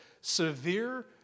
severe